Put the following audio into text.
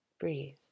Breathe